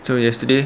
so yesterday